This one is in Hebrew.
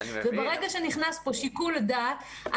וברגע שנכנס פה שיקול הדעת,